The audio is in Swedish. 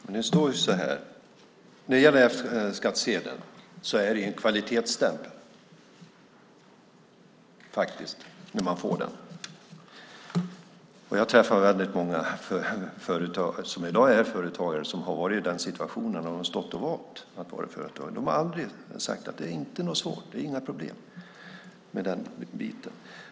Fru talman! Men det står så här: När det gäller F-skattsedeln är det en kvalitetsstämpel. Det är det när man får den. Jag träffar väldigt många som i dag är företagare som har varit i den situationen att de har stått och valt att vara företagare. De har aldrig sagt att det är svårt. Det är inga problem med den biten.